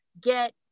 get